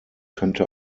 könnte